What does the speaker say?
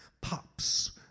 pops